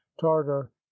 tartar